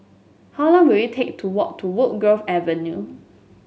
how long will it take to walk to Woodgrove Avenue